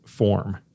Form